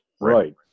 Right